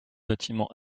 bâtiments